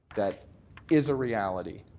that is a reality.